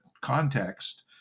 context